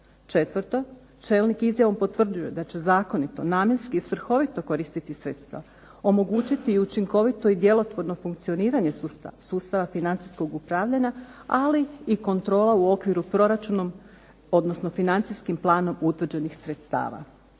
Četvrto, čelnik izjavom potvrđuje da će zakonito, namjenski i svrhovito koristiti sredstva, omogućiti učinkovito i djelotvorno funkcioniranje sustava financijskog upravljanja, ali i kontrola u okviru proračunom odnosno financijskim planom utvrđenih sredstava.